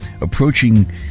approaching